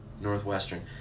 Northwestern